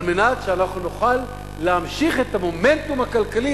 על מנת שאנחנו נוכל להמשיך את המומנטום הכלכלי.